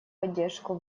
поддержку